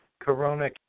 Corona